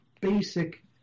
basic